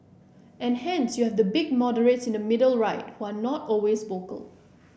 and hence you have the big moderates in the middle right who are not always vocal